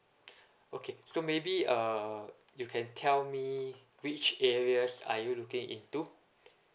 okay so maybe err you can tell me which areas are you looking into